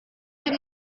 had